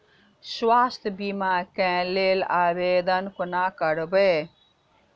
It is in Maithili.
स्वास्थ्य बीमा कऽ लेल आवेदन कोना करबै?